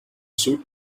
suit